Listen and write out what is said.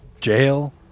jail